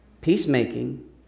peacemaking